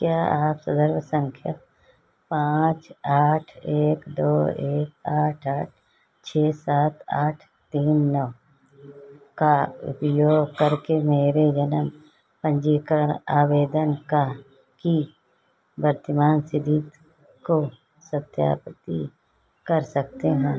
क्या आप सदर्भ संख्या पाँच आठ एक दो एक आठ आठ छः सात आठ तीन नौ का उपयोग करके मेरे जन्म पंजीकरण आवेदन का की वर्तमान स्थिति को सत्यापित कर सकते हैं